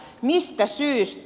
mistä syystä